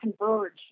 converge